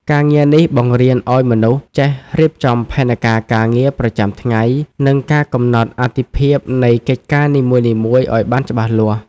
ការងារនេះបង្រៀនឱ្យមនុស្សចេះរៀបចំផែនការការងារប្រចាំថ្ងៃ និងការកំណត់អាទិភាពនៃកិច្ចការនីមួយៗឱ្យបានច្បាស់លាស់។